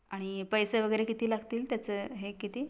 आणि पैसे वगैरे किती लागतील त्याचं हे किती